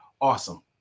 Awesome